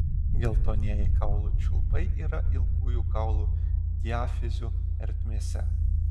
geltonieji kaulų čiulpai yra ilgųjų kaulų diafizių ertmėse